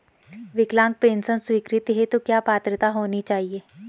विकलांग पेंशन स्वीकृति हेतु क्या पात्रता होनी चाहिये?